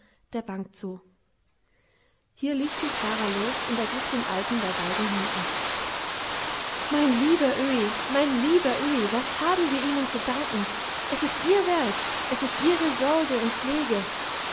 der bank zu hier ließ sie klara los und ergriff den alten bei beiden händen mein lieber öhi mein lieber öhi was haben wir ihnen zu danken es ist ihr werk es ist ihre sorge und pflege